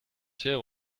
zeer